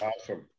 awesome